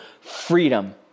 freedom